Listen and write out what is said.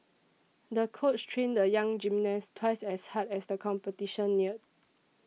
the coach trained the young gymnast twice as hard as the competition neared